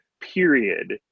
period